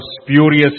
spurious